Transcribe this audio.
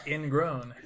Ingrown